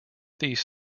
these